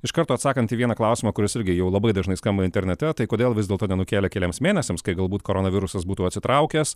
iš karto atsakant į vieną klausimą kuris irgi jau labai dažnai skamba internete tai kodėl vis dėlto nenukėlė keliems mėnesiams kai galbūt koronavirusas būtų atsitraukęs